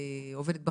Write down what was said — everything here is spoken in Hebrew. עובדת בחנות?